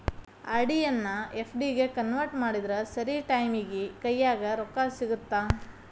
RD ಎನ್ನಾ FD ಗೆ convert ಮಾಡಿದ್ರ ಸರಿ ಟೈಮಿಗಿ ಕೈಯ್ಯಾಗ ರೊಕ್ಕಾ ಸಿಗತ್ತಾ